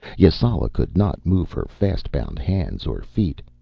yasala could not move her fast-bound hands or feet.